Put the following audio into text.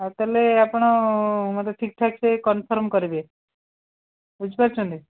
ହେଉ ତାହେଲେ ଆପଣ ମୋତେ ଠିକଠାକ ସେ କନଫର୍ମ କରିବେ ବୁଝି ପାରୁଛନ୍ତି